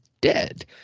dead